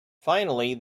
finally